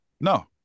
No